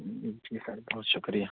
جی sir بہت شکریہ